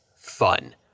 fun